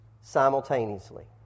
simultaneously